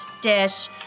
dish